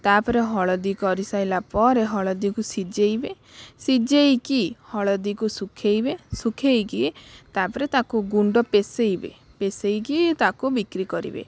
ତା'ପରେ ହଳଦୀ କରିସାରିଲା ପରେ ହଳଦୀକୁ ସିଜାଇବେ ସିଜାଇକି ହଳଦୀକୁ ଶୁଖାଇବେ ଶୁଖାଇକି ତା'ପରେ ତାକୁ ଗୁଣ୍ଡ ପେଶାଇବେ ପେଶାଇକି ତାକୁ ବିକ୍ରି କରିବେ